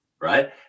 right